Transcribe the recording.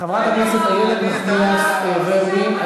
חברת הכנסת איילת נחמיאס ורבין,